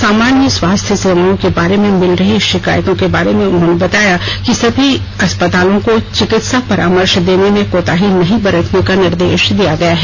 सामान्य स्वास्थ्य सेवाओं के बार मे मिल रही शिकायतों के बारे में उन्होंने बताया कि उन्होंने समी अस्पतालों को चिकित्सा परामर्श देने में कोताही नहीं बरतने का निर्देश दिया गया है